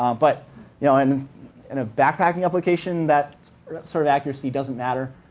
um but you know in and a backpacking application, that sort of accuracy doesn't matter.